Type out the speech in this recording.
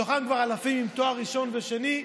מתוכם כבר אלפים עם תואר ראשון ושני,